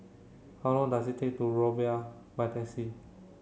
how long does it take to Rumbia by taxi